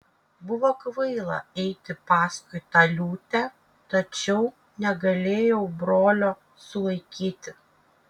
buvo kvaila eiti paskui tą liūtę tačiau negalėjau brolio sulaikyti